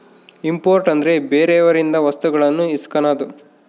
import ಅಂದ್ರೆ ಬೇರೆಯವರಿಂದ ವಸ್ತುಗಳನ್ನು ಇಸ್ಕನದು